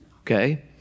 Okay